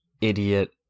idiot